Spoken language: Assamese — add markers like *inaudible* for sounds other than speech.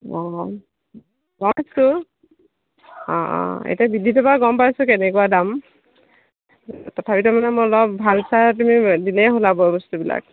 অ *unintelligible* অ এতিয়া বিজিতৰ পৰা গম পাইছোঁ কেনেকুৱা দাম তথাপিতো মানে মই অলপ ভাল চাই তুমি দিলে হ'ল আৰু বয় বস্তুবিলাক